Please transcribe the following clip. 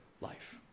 life